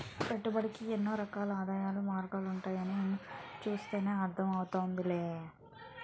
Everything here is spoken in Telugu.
పెట్టుబడికి ఎన్నో రకాల ఆదాయ మార్గాలుంటాయని నిన్ను చూస్తేనే అర్థం అవుతోందిలే